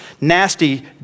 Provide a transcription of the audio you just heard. nasty